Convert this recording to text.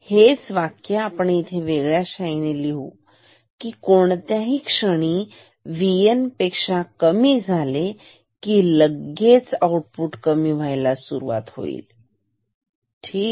हेच वाक्य आपण इथे वेगळ्या शाईने लिहू की कोणत्याही क्षणी VN कमी झाले की लगेच आउटपुट कमी व्हायला सुरुवात होईलठीक